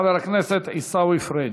חבר הכנסת עיסאווי פריג'.